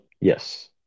Yes